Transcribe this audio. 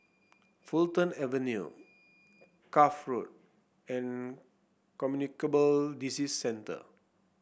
Fulton Avenue Cuff Road and Communicable Disease Centre